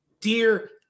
dear